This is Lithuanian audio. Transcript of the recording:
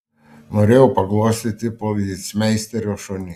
norėjau paglostyti policmeisterio šunį